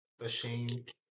ashamed